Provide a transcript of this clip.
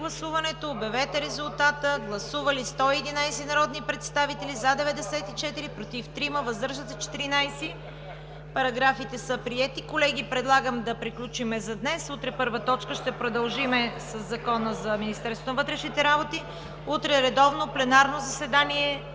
става § 3, и новия § 4. Гласували 111 народни представители: за 94, против 3, въздържали се 14. Параграфите са приети. Колеги, предлагам да приключим за днес. Утре като първа точка ще продължим със Закона за Министерството на вътрешните работи. Утре редовно пленарно заседание